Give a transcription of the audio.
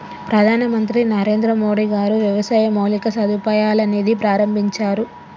ప్రధాన మంత్రి నరేంద్రమోడీ గారు వ్యవసాయ మౌలిక సదుపాయాల నిధి ప్రాభించారు